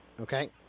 Okay